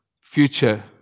future